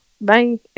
Bye